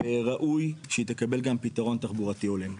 וראוי שהיא תקבל גם פתרון תחבורתי הולם.